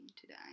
today